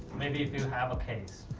maybe if you have a case.